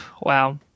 wow